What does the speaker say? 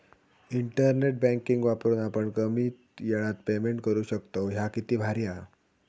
internet banking वापरून आपण कमी येळात पेमेंट करू शकतव, ह्या किती भारी हां